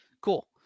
cool